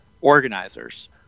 organizers